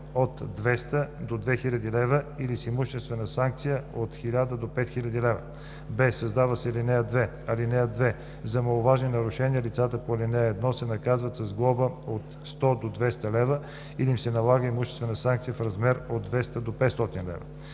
от 200 до 2000 лв. или с имуществена санкция от 1000 до 5000 лв.“; б) създава се ал. 2: „(2) За маловажни нарушения лицата по ал. 1 се наказват с глоба от 100 до 200 лв. или им се налага имуществена санкция в размер от 200 до 500 лв.“